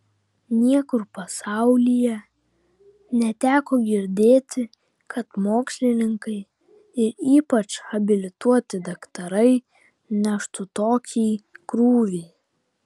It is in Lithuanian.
niekur pasaulyje neteko girdėti kad mokslininkai ir ypač habilituoti daktarai neštų tokį krūvį